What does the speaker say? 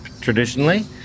traditionally